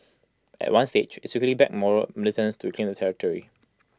at one stage IT secretly backed Moro militants to reclaim the territory